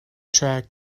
track